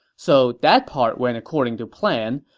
so that part went according to plan,